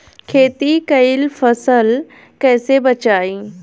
खेती कईल फसल कैसे बचाई?